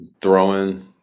throwing